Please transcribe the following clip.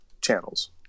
channels